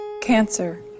Cancer